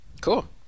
Cool